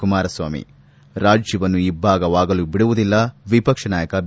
ಕುಮಾರಸ್ವಾಮಿ ರಾಜ್ಯವನ್ನು ಇಬ್ಬಾಗವಾಗಲು ಬಿಡುವುದಿಲ್ಲ ವಿಪಕ್ಷ ನಾಯಕ ಬಿ